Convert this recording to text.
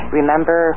remember